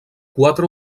quatre